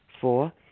Four